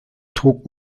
trug